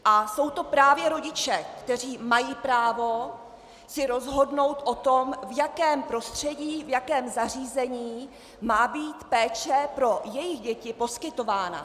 A jsou to právě rodiče, kteří mají právo si rozhodnout o tom, v jakém prostředí, v jakém zařízení má být péče pro jejich děti poskytována.